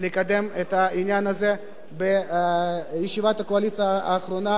לקדם את העניין הזה בישיבת הקואליציה האחרונה